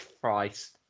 Christ